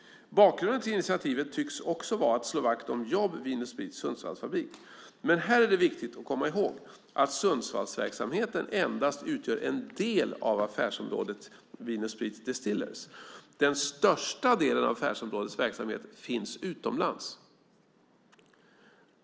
Bakgrunden till initiativet tycks också vara att slå vakt om jobb vid Vin & Sprits Sundsvallsfabrik. Men här är det viktigt att komma ihåg att Sundsvallsverksamheten endast utgör en del av affärsområdet Vin & Sprit Distillers. Den största delen av affärsområdets verksamhet finns utomlands.